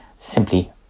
simply